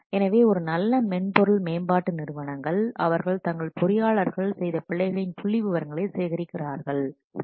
எனவே ஒரு நல்ல மென்பொருள் மேம்பாட்டு நிறுவனங்கள் அவர்கள் தங்கள் பொறியியலாளர்கள் செய்த பிழைகளின் புள்ளிவிவரங்களை சேகரிக்கிறார்கள் சரி